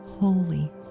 Holy